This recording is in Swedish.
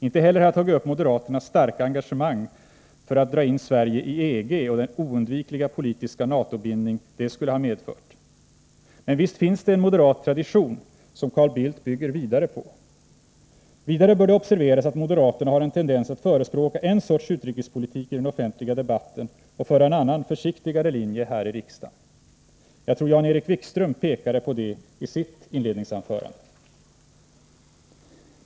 Inte heller har jag tagit upp moderaternas starka engagemang för att dra in Sverige i EG och de oundvikliga politiska NATO-bindningar det skulle ha medfört. Men visst finns det en moderat tradition som Carl Bildt bygger vidare på. Vidare bör det observeras att moderaterna har en tendens att förespråka en viss sorts utrikespolitik i den offentliga debatten och föra en annan försiktigare linje här i riksdagen. Jag tror att Jan-Erik Wikström pekade på det i sitt inledningsanförande.